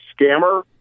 scammer